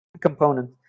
component